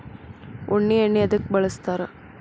ಉಣ್ಣಿ ಎಣ್ಣಿ ಎದ್ಕ ಬಳಸ್ತಾರ್?